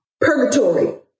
purgatory